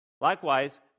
Likewise